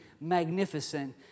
magnificent